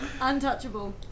Untouchable